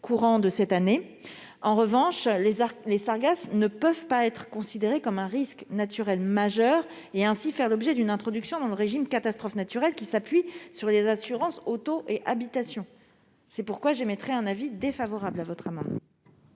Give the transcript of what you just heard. courant de cette année. En revanche, les sargasses ne peuvent pas être considérées comme un risque naturel majeur et faire ainsi l'objet d'une introduction dans le régime « catastrophe naturelle », qui s'appuie sur des assurances auto et habitation. C'est pourquoi j'émets un avis défavorable sur cet amendement.